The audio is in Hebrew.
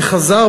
וחזר,